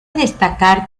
destacar